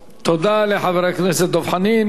תודה לחבר הכנסת דב חנין.